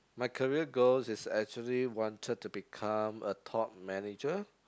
my career goals is actually wanted to become a top manager